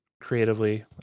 creatively